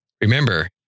Remember